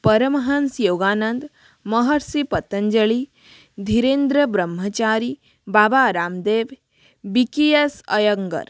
Paramhans Yogananda Maharshi Patanjali Dhirendra Brahmachari Baba Ramdev B K S Iyengar